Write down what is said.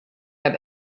have